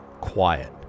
quiet